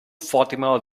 fatima